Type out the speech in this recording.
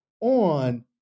on